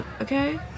okay